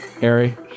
Harry